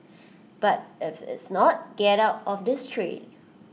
but if it's not get out of this trade